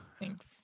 Thanks